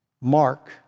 Mark